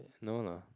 no lah